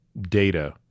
data